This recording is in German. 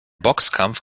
boxkampf